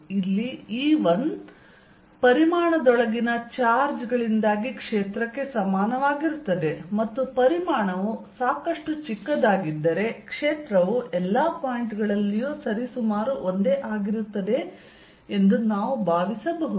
ಇಲ್ಲಿ E1 ಪರಿಮಾಣದೊಳಗಿನ charge ಗಳಿಂದಾಗಿ ಕ್ಷೇತ್ರಕ್ಕೆ ಸಮಾನವಾಗಿರುತ್ತದೆ ಮತ್ತು ಪರಿಮಾಣವು ಸಾಕಷ್ಟು ಚಿಕ್ಕದಾಗಿದ್ದರೆ ಕ್ಷೇತ್ರವು ಎಲ್ಲಾ ಪಾಯಿಂಟ್ ಗಳಲ್ಲಿಯೂ ಸರಿಸುಮಾರು ಒಂದೇ ಆಗಿರುತ್ತದೆ ಎಂದು ನಾವು ಭಾವಿಸಬಹುದು